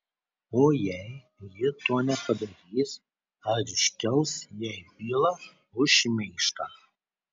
o jei ji to nepadarys ar iškels jai bylą už šmeižtą